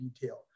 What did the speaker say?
detail